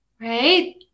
Right